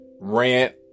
rant